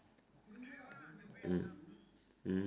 mm mmhmm